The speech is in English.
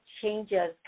changes